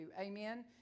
amen